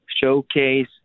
showcase